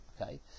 okay